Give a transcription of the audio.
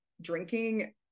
Drinking